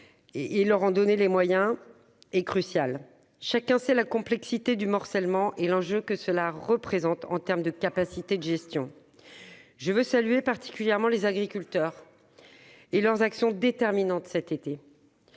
et leur en donner les moyens est crucial. Chacun sait la complexité du morcellement et l'enjeu que cela représente en matière de capacité de gestion. Je salue particulièrement les agriculteurs et leurs actions déterminantes l'été